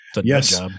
yes